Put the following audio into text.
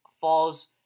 Falls